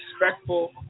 respectful